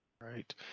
right